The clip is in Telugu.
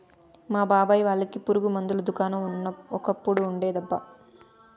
మా బాబాయ్ వాళ్ళకి పురుగు మందుల దుకాణం ఒకప్పుడు ఉండేదబ్బా